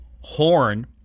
Horn